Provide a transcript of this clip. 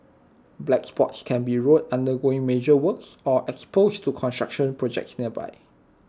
black spots can be roads undergoing major works or exposed to construction projects nearby